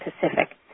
Pacific